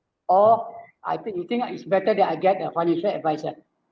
or I think you think ah it's better that I get a financial adviser